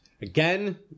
again